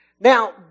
Now